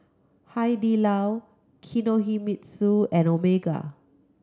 Hai Di Lao Kinohimitsu and Omega